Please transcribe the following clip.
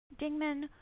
Dingman